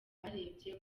barebye